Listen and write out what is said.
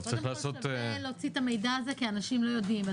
קודם כל שווה להוציא את המידע הזה כי אנשים לא יודעים.